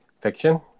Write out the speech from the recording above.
Fiction